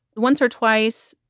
once or twice.